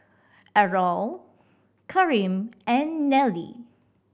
Errol Kareem and Nellie